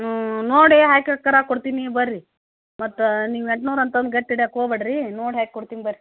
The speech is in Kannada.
ಹ್ಞೂ ನೋಡಿ ಹಾಕ್ ಅಕ್ಕಾರೆ ಕೊಡ್ತೀನಿ ಬನ್ರಿ ಮತ್ತು ನೀವು ಎಂಟ್ನೂರು ಅಂತ ಅಂದು ಗಟ್ಟಿ ಹಿಡಿಯಕ್ಕೆ ಹೋಗ್ಬ್ಯಾಡ್ರಿ ನೋಡಿ ಹಾಕ್ ಕೊಡ್ತಿನಿ ಬನ್ರಿ